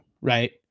right